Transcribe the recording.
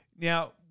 Now